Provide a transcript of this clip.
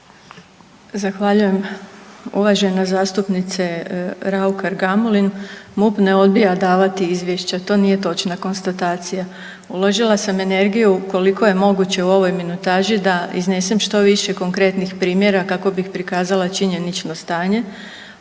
Zahvaljujem uvažena zastupnice Raukar Gamulin. MUP ne odbija davati izvješća, to nije točna konstatacija. Uložila sam energiju koliko je moguće u ovoj minutaži da iznesem što više konkretnih primjera kako bih prikazala činjenično stanje.